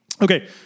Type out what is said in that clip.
Okay